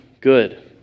Good